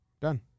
done